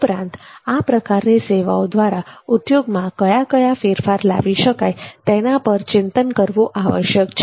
ઉપરાંત આ પ્રકારની સેવાઓ દ્વારા ઉદ્યોગ માં કયા કયા ફેરફારો લાવી શકાય તેના પર ચિંતન કરવું આવશ્યક છે